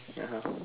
(uh huh)